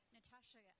Natasha